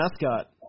mascot